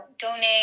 donate